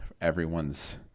Everyone's